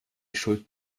schuld